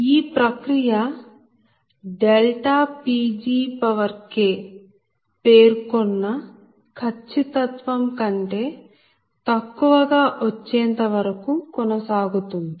ఈ ప్రక్రియ PgK పేర్కొన్న ఖచ్చితత్వం కంటే తక్కువగా వచ్చేంత వరకు కొనసాగుతుంది